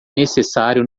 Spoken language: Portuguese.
necessário